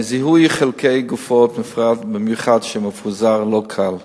זיהוי חלקי גופות, במיוחד מפוזרים, הוא לא קל.